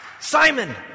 Simon